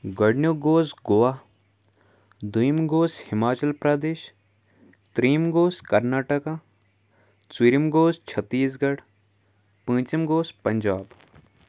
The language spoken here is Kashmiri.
گۄڈٕنیُک گوٚس کۄہہ دوٚیُم گوٚس ہِماچل پریدیش تریِم گوٚس کرناٹکا ژوٗرِم گوٚس چھٔتیس گٔڑ پونژِم گوٚس پَنجاب